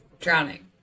Drowning